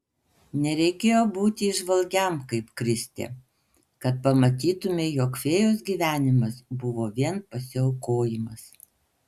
nereikėjo būti įžvalgiam kaip kristė kad pamatytumei jog fėjos gyvenimas buvo vien pasiaukojimas